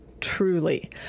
truly